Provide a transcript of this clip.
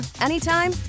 anytime